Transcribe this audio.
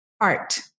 art